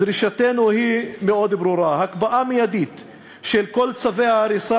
דרישתנו היא מאוד ברורה: הקפאה מיידית של כל צווי ההריסה